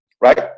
right